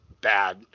bad